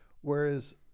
Whereas